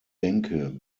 denke